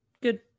good